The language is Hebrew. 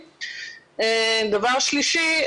דבר נוסף,